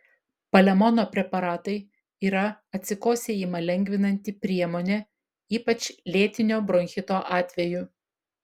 palemono preparatai yra atsikosėjimą lengvinanti priemonė ypač lėtinio bronchito atveju